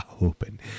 Open